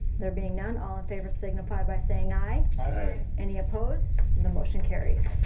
there being none, all in favor signify by saying aye. aye. any opposed? the motion carries.